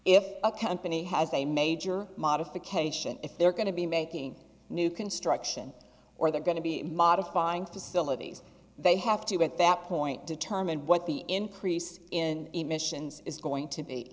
if a company has a major modification if they're going to be making new construction or they're going to be modifying facilities they have to at that point determine what the increase in emissions is going to be